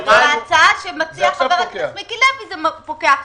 ההצעה שמציע חבר הכנסת מיקי לוי, זה פוקע עכשיו.